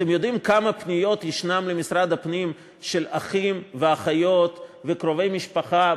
אתם יודעים כמה פניות יש למשרד הפנים של אחים ואחיות וקרובי משפחה